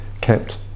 kept